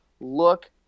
look